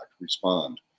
respond